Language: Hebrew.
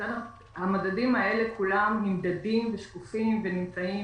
המדדים האלה כולם נמדדים ושקופים ונמצאים